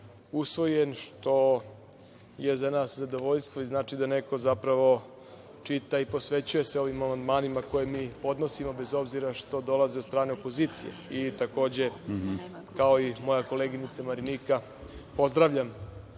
usvojen, što je za nas zadovoljstvo i znači da neko zapravo čita i posvećuje se ovim amandmanima koje mi podnosimo, bez obzira što dolaze od strane opozicije. Takođe, kao i moja koleginica Marinika, pozdravljam